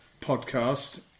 podcast